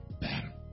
better